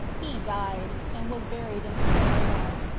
he died, and was buried in samaria,